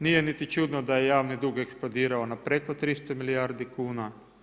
Nije niti čudno da je javni dug eksplodirao na preko 300 milijardi kuna.